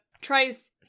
tries